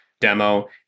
demo